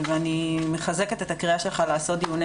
אני מחזקת את הקריאה שלך לקיים דיוני